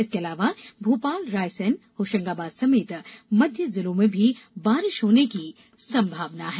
इसके अलावा भोपाल रायसेन होशंगाबाद समेत मध्य जिलों में भी बारिश होने की संभावना है